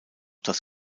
das